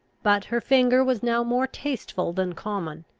but her finger was now more tasteful than common.